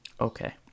Okay